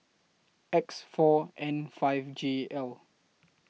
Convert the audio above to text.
X four N five J L